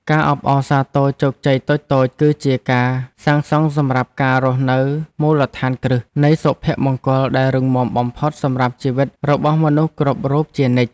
ការអបអរសាទរជោគជ័យតូចៗគឺជាការសាងសង់សម្រាប់ការរស់នៅនូវមូលដ្ឋានគ្រឹះនៃសុភមង្គលដែលរឹងមាំបំផុតសម្រាប់ជីវិតរបស់មនុស្សគ្រប់រូបជានិច្ច។